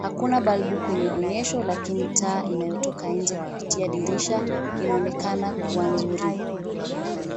Hakuna balbu kwenye onyesho lakini taa inayotoka inje kupitia dirisha inaonekana kuwa nzuri.